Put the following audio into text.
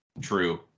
True